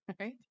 Right